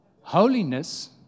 Holiness